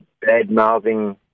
bad-mouthing